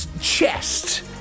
chest